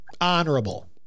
Honorable